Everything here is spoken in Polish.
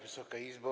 Wysoka Izbo!